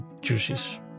juices